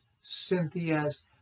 Cynthia's